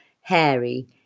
hairy